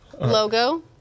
logo